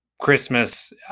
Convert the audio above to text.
Christmas